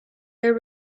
there